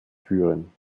führen